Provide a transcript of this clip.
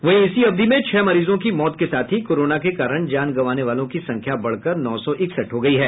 वहीं इसी अवधि में छह मरीजों की मौत के साथ ही कोरोना के कारण जान गंवाने वालों की संख्या बढ़कर नौ सौ इकसठ हो गयी है